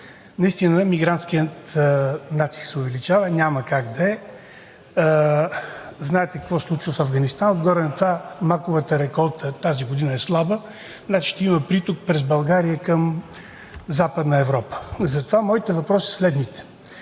Наистина мигрантският натиск се увеличава, няма как да е, знаете какво се случва в Афганистан. Отгоре на това тази година маковата реколта е слаба, значи ще има приток през България към Западна Европа. Затова моите въпроси са следните.